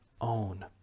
own